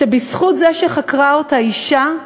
שבזכות זה שחקרה אותה אישה,